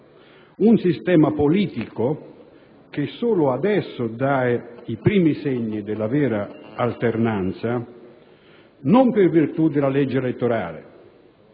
un sistema politico che solo adesso dà i primi segni della vera alternanza, non per virtù della legge elettorale,